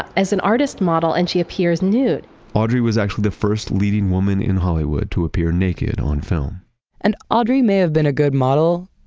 as an artist's model and she appears nude audrey was actually the first leading woman in hollywood to appear naked on film and audrey may have been a good model,